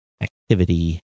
Activity